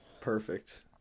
Perfect